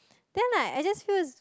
then like I just feel it's